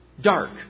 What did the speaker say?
dark